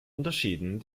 unterschieden